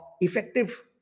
effective